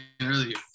earlier